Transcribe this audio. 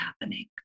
happening